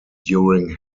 during